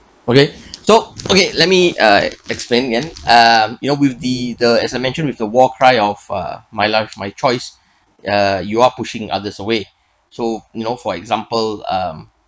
okay so okay let me uh extend again um you know with the the as I mentioned with the war cry of uh my life my choice uh you are pushing others away so you know for example um